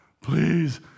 please